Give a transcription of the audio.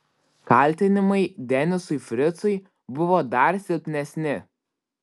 kaltinimai denisui fricui buvo dar silpnesni